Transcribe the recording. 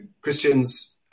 Christians